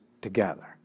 together